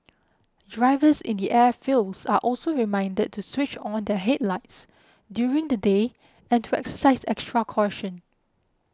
drivers in the airfields are also reminded to switch on their headlights during the day and to exercise extra caution